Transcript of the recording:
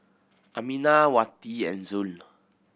Aminah Wati and Zul